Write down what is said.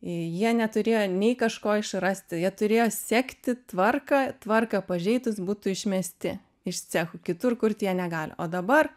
jie neturėjo nei kažko išrasti jie turėjo siekti tvarką tvarką pažeidus būtų išmesti iš cecho kitur kur tie negali o dabar